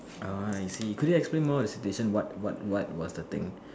orh I see could you explain more on the situation what what what was the thing